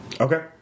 Okay